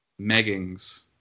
Meggings